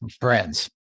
friends